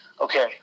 okay